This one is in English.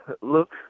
look